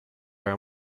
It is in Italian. era